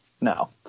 No